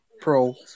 pro